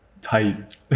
tight